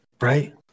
Right